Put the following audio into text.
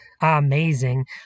amazing